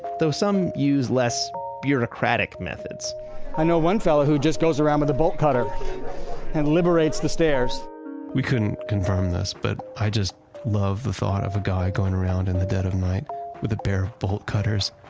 though some use less bureaucratic methods i know one fellow who just goes around with a bolt cutter and liberates the stairs we couldn't confirm this, but i just love the thought of a guy going around in the dead of night with a pair bolt cutters,